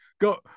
Go